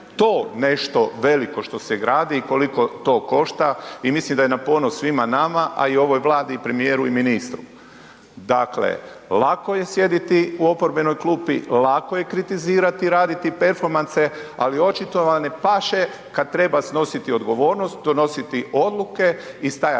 to nešto veliko što se gradi i koliko to košta i mislim da je na ponos svima nama, a i ovoj Vladi i premijeru i ministru. Dakle, lako je sjediti u oporbenoj klupi, lako je kritizirati i raditi perfomanse, ali očito vam ne paše kad treba snositi odgovornost, donositi odluke i stajati